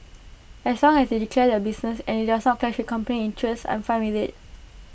as long as they declare their business and IT does not clash with company interests I'm fine with IT